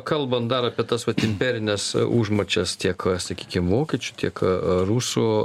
kalbant dar apie tas vat imperines užmačias tiek sakykim vokiečių tiek rusų